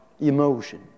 emotion